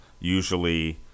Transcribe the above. Usually